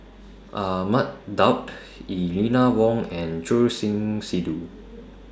Ahmad Daud Eleanor Wong and Choor Singh Sidhu